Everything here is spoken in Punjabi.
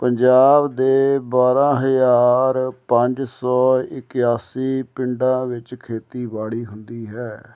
ਪੰਜਾਬ ਦੇ ਬਾਰ੍ਹਾਂ ਹਜ਼ਾਰ ਪੰਜ ਸੌ ਇਕਾਸੀ ਪਿੰਡਾਂ ਵਿੱਚ ਖੇਤੀਬਾੜੀ ਹੁੰਦੀ ਹੈ